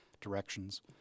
directions